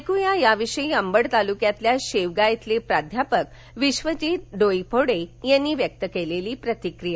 ऐक्या या विषयी अंबड तालुक्यातल्या शेवगा इथले प्राध्यापक विश्वजित डोईफोडे यांनी व्यक्त केलेली प्रतिक्रिया